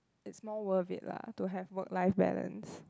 is more worth it lah to have work life balance